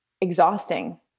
exhausting